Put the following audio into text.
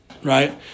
Right